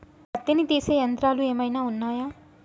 పత్తిని తీసే యంత్రాలు ఏమైనా ఉన్నయా?